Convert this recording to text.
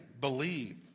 Believe